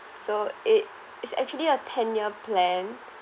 so it is actually a ten year plan